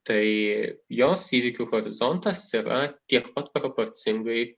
tai jos įvykių horizontas yra tiek pat proporcingai